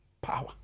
power